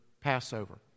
Passover